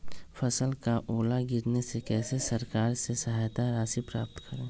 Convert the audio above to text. फसल का ओला गिरने से कैसे सरकार से सहायता राशि प्राप्त करें?